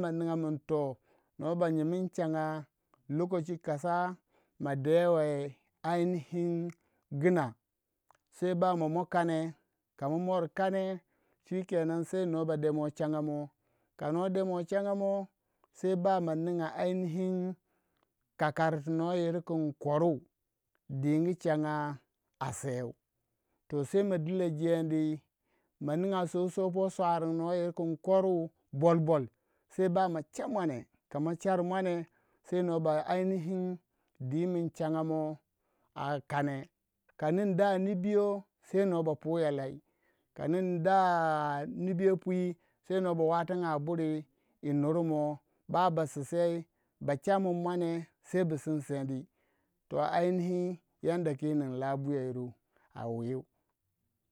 ma ninga mun toh banyim ln changa lokoshi madewei gina se ba ma mou kaneh kama mor kaneh shikenan no ba demo changa mou. ka no demoh changa moh se ba ma ninga ai nihi kakari tu nor yir kin koru dingu changa a sew se ma dilo jendi ma ninga sow sor por swa no yir kin koru bol- bol bama cha muane kama char muane s ai nihin dimin changa moh kaneh kanin da nibiyoh nor ba puya lei kanin da nibiyo pwi sei nor ba watang a buri yi nur mor ba chai mun muane sei bu sinsendi to ai nihin kunoh nin labuya a whi.